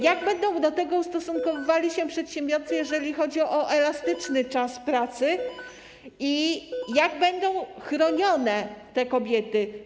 Jak będą do tego ustosunkowywali się przedsiębiorcy, jeżeli chodzi o elastyczny czas pracy, i jak będą chronione te kobiety?